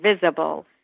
visible